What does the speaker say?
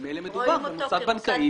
ממילא מדובר במוסד בנקאי.